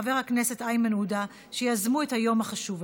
חבר הכנסת איימן עודה שיזמו את היום החשוב הזה.